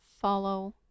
Follow